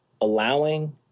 allowing